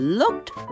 looked